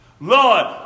Lord